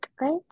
right